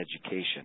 education